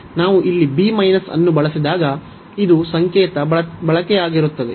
ನಾವು ಇಲ್ಲಿ ಅನ್ನು ಬಳಸಿದಾಗ ಇದು ಸಂಕೇತ ಬಳಕೆಯಾಗಿರುತ್ತದೆ